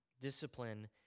Discipline